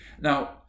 now